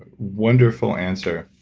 wonderful answer.